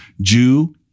Jew